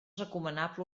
recomanable